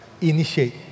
Initiate